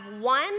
one